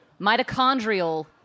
Mitochondrial